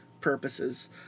purposes